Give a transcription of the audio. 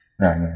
right